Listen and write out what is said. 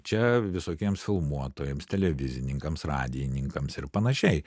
čia visokiems filmuotojams televizininkams radijininkams ir panašiai